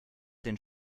den